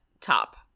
top